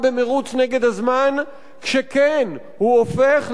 וכן, הוא הופך לחבית חומר נפץ מסוכנת.